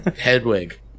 Hedwig